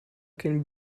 can